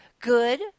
Good